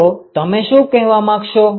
તો તમે શું કહેવા માંગશો